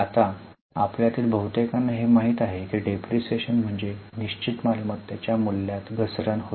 आता आपल्यातील बहुतेकांना हे माहित आहे की डिप्रीशीएशन म्हणजे निश्चित मालमत्तेच्या मूल्यात घसरण होय